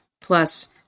plus